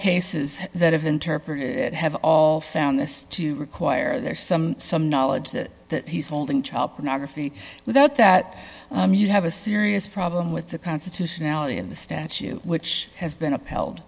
cases that have interpreted it have all found this to require there some some knowledge that that he's holding chapa now graffiti without that you have a serious problem with the constitutionality of the statue which has been upheld